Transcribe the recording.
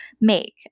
make